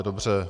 Dobře.